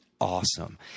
awesome